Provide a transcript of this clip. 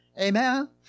Amen